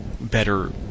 better